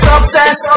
Success